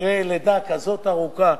אחרי לידה כזאת ארוכה,